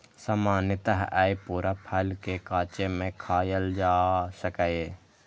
सामान्यतः अय पूरा फल कें कांचे मे खायल जा सकैए